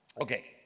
Okay